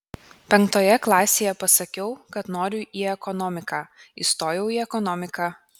penktoje klasėje pasakiau kad noriu į ekonomiką įstojau į ekonomiką